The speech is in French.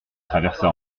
traversa